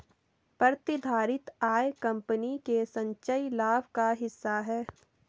प्रतिधारित आय कंपनी के संचयी लाभ का हिस्सा है